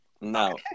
no